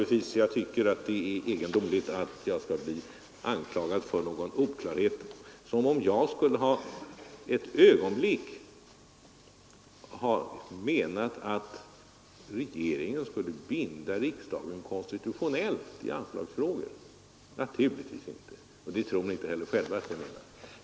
Jag tycker att — Nr 72 det är egendomligt att jag skall bli anklagad för oklarhet — som om jag Onsdagen den ett ögonblick skulle ha menat att regeringen skulle binda riksdagen 25 april 1973 konstitutionellt i anslagsfrågor. Naturligtvis inte — och det tror ni inte heller själva att jag menar.